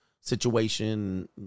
situation